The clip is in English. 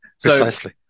precisely